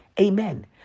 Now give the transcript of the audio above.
Amen